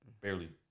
barely